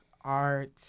art